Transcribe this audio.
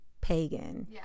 pagan